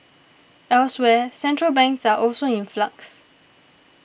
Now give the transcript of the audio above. elsewhere central banks are also in flux